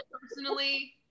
personally